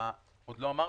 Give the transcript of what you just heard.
עוד לא אמרתי,